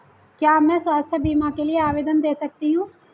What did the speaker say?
क्या मैं स्वास्थ्य बीमा के लिए आवेदन दे सकती हूँ?